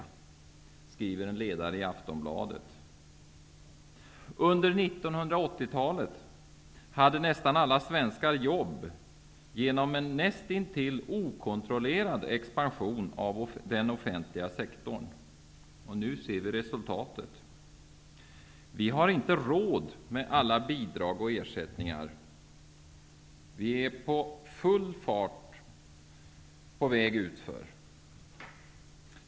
Detta skrivs i en ledare i Under 1980-talet hade nästan alla svenskar jobb, skapade genom en näst intill okontrollerad expansion av den offentliga sektorn. Nu ser vi re sultatet. Vi har inte råd med alla bidrag och er sättningar. Vi är med full fart på väg utför.